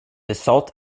assault